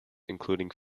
including